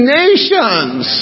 nations